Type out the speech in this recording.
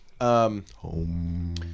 Home